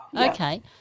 Okay